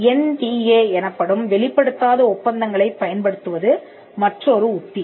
NDA எனப்படும் வெளிப்படுத்தாத ஒப்பந்தங்களைப் பயன்படுத்துவது மற்றொரு உத்தி